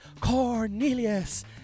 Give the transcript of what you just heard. Cornelius